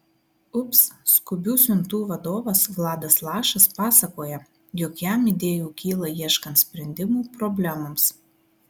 ups skubių siuntų vadovas vladas lašas pasakoja jog jam idėjų kyla ieškant sprendimų problemoms